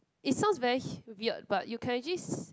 it sounds very h~ weird but you can actually see